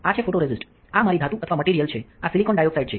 આ છે ફોટોરેસિસ્ટ આ મારી ધાતુ અથવા મટીરીયલ છે આ સિલિકોન ડાયોક્સાઇડ છે